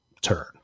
turn